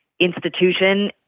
institution